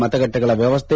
ಮತಗಟ್ಟೆಗಳ ವ್ಯವಸ್ಥೆ